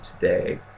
today